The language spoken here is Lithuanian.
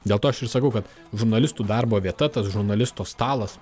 dėl to aš ir sakau kad žurnalistų darbo vieta tas žurnalisto stalas